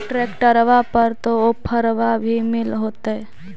ट्रैक्टरबा पर तो ओफ्फरबा भी मिल होतै?